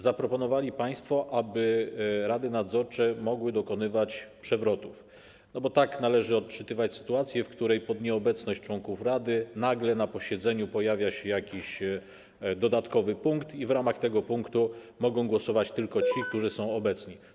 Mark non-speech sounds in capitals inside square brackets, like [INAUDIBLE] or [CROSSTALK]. Zaproponowali państwo, aby rady nadzorcze mogły dokonywać przewrotów, bo tak należy odczytywać sytuację, w której pod nieobecność członków rady nagle na posiedzeniu pojawia się jakiś dodatkowy punkt i w ramach tego punktu mogą głosować tylko ci, [NOISE] którzy są obecni.